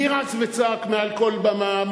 מי רץ וצעק מעל כל במה,